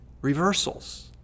reversals